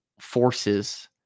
forces